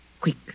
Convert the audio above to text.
quick